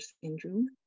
syndrome